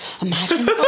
imagine